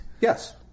Yes